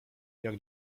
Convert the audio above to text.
jak